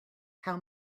how